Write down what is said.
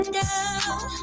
down